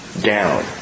down